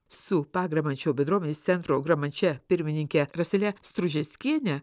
su pagramančio bendruomenės centro gramančia pirmininke rasele stružeckienė